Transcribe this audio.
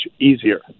easier